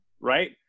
right